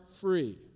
free